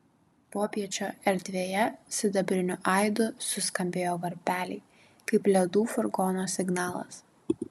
popiečio erdvėje sidabriniu aidu suskambėjo varpeliai kaip ledų furgono signalas